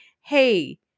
hey